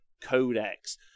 codex